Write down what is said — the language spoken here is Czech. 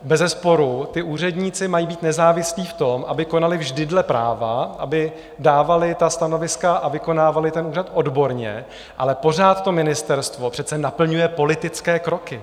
Bezesporu, úředníci mají být nezávislí v tom, aby konali vždy dle práva, aby dávali stanoviska a vykonávali úřad odborně, ale pořád to ministerstvo přece naplňuje politické kroky.